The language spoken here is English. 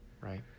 Right